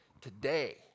Today